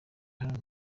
hano